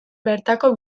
bertako